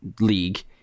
league